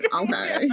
Okay